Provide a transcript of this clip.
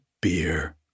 beer